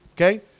Okay